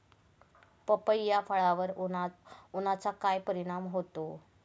पपई या फळावर उन्हाचा काय परिणाम होतो?